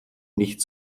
nicht